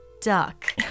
Duck